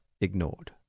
ignored